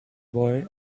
boy